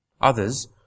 Others